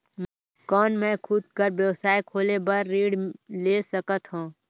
कौन मैं खुद कर व्यवसाय खोले बर ऋण ले सकत हो?